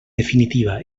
definitiva